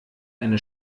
eine